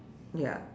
ya